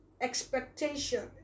Expectation